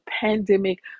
pandemic